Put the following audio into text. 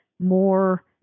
more